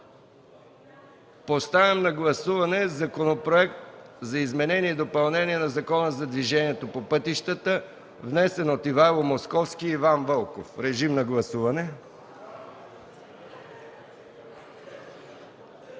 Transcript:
Поставям на гласуване Законопроект за изменение и допълнение на Закона за движение по пътищата, внесен от Ивайло Московски и Иван Вълков. Моля, гласувайте.